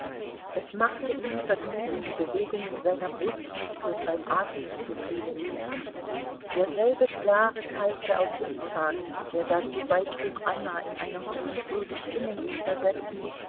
es machte ihm vergnügen die bewegungen seiner brustmuskeln beim atmen zu fühlen derselbe klare kalte augusttag der dazu beitrug anna in eine hoffnungslose stimmung zu versetzen